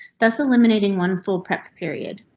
thus eliminating one full prep period.